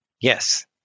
Yes